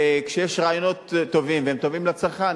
וכשיש רעיונות טובים והם טובים לצרכן,